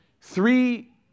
three